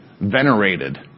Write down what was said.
venerated